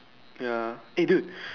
ya eh dude